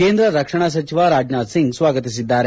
ಕೇಂದ್ರ ರಕ್ಷಣಾ ಸಚಿವ ರಾಜನಾಥ್ ಸಿಂಗ್ ಸ್ವಾಗತಿಸಿದ್ದಾರೆ